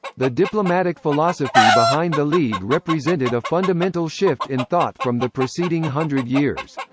the diplomatic philosophy behind the league represented a fundamental shift in thought from the preceding hundred years.